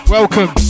Welcome